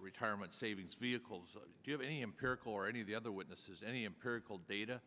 retirement savings vehicles give any empirical or any of the other witnesses any empirical data